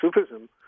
Sufism